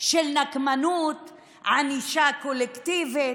של נקמנות וענישה קולקטיבית.